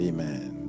Amen